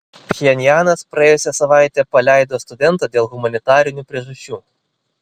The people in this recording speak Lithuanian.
pchenjanas praėjusią savaitę paleido studentą dėl humanitarinių priežasčių